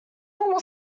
normal